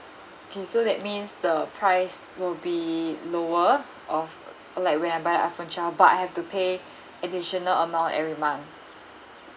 okay so that means the price will be lower of like when I buy iphone twleve but I have to pay additional amount every month